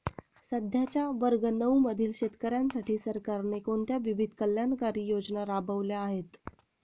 सध्याच्या वर्ग नऊ मधील शेतकऱ्यांसाठी सरकारने कोणत्या विविध कल्याणकारी योजना राबवल्या आहेत?